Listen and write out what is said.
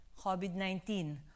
COVID-19